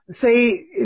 Say